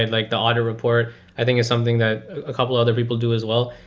like the audit report i think is something that a couple other people do as wel